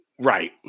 Right